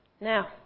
now